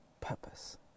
purpose